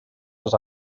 les